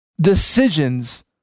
decisions